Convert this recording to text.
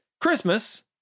Christmas